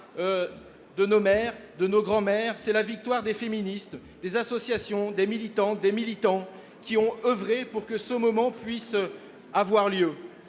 de nos mères, de nos grands mères, des féministes, des associations, des militantes, des militants qui ont œuvré pour que ce moment puisse avoir lieu